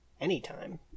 anytime